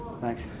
thanks